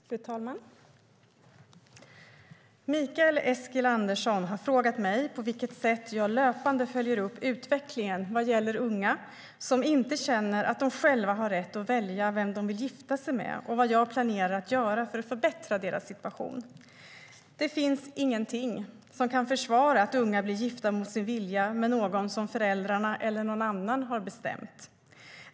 Fru talman! Mikael Eskilandersson har frågat mig på vilket sätt jag löpande följer upp utvecklingen vad gäller unga som inte känner att de själva har rätt att välja vem de vill gifta sig med och vad jag planerar att göra för att förbättra deras situation. Det finns ingenting som kan försvara att unga blir gifta mot sin vilja med någon som föräldrarna eller någon annan har bestämt.